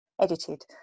edited